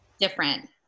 different